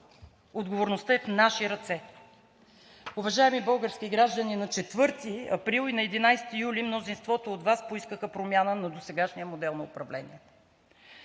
Отговорността е в наши ръце. Уважаеми български граждани, на 4 април и на 11 юли мнозинството от Вас поискаха промяна на досегашния модел на управление.